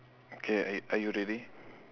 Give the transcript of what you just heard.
okay are are you ready